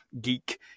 geek